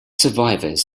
survivors